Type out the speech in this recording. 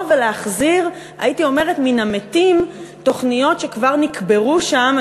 ולהחזיר הייתי אומרת מן המתים תוכניות שכבר נקברו שם,